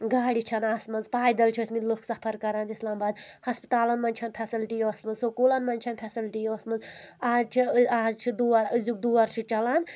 گاڑِ چھَنہٕ آسہٕ مژٕ پیدل چھِ ٲسۍ مٕتۍ لُکھ سفر کران اسلامباد ہسپتالن منز چھَنہٕ فیسلٹی ٲسۍ مٕژ سکوٗلَن منٛز چھنہٕ فیسلٹی ٲسۍ مٕژ آز چھِ آز چھِ دور أزیُک دور چھُ چَلان